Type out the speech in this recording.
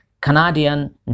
Canadian